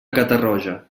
catarroja